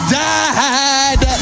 died